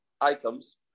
items